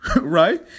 Right